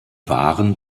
waren